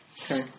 Okay